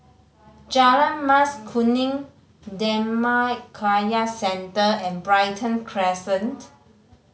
Jalan Mas Kuning Dhammakaya Centre and Brighton Crescent